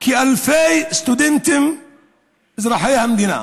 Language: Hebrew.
אלפי סטודנטים אזרחי המדינה,